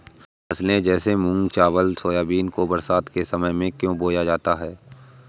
खरीफ फसले जैसे मूंग चावल सोयाबीन को बरसात के समय में क्यो बोया जाता है?